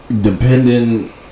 depending